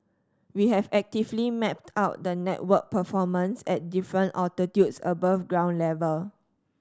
we have actively mapped out the network performance at different altitudes above ground level